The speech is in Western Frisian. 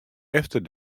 efter